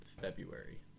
February